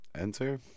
enter